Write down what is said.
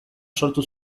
sortu